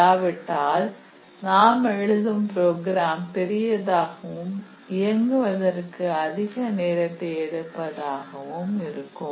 இல்லாவிட்டால் நாம் எழுதும் ப்ரோக்ராம் பெரியதாகவும் இயங்குவதற்கு அதிக நேரத்தை எடுப்பதாகவும் இருக்கும்